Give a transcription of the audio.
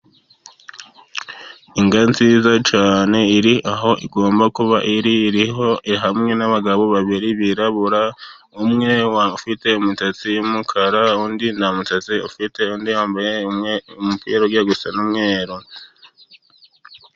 Inka nziza cyane iri aho igomba kuba iri. Iri hamwe n'abagabo babiri birabura, umwe ufite imisatsi y'umukara undi nta musatsi afite, undi yambaye umupira ujya gusa n'umweru.